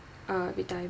uh retire